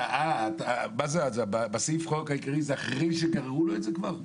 זה 30 ימים מן הגרירה?